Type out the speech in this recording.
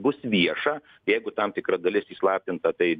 bus vieša jeigu tam tikra dalis įslaptinta tai